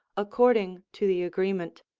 according to the agreement,